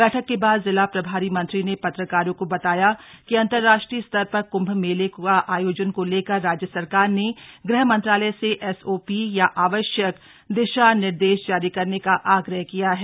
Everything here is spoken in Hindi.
बैठक के बाद जिला प्रभारी मंत्री ने पत्रकारों को बताया कि अंतरराष्ट्रीय स्तर पर कुंभ मेले के आयोजन को लेकर राज्य सरकार ने गृह मंत्रालय से एसओपी या आवश्यक दिशा निर्देश जारी करने का आग्रह किया है